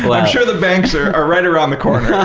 i'm sure the banks are are right around the corner